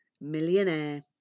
millionaire